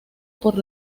por